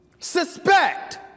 suspect